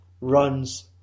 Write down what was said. runs